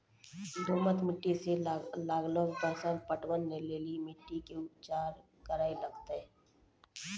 दोमट मिट्टी मे लागलो फसल मे पटवन लेली मिट्टी के की उपचार करे लगते?